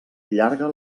llarga